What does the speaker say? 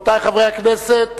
רבותי חברי הכנסת,